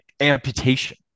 amputation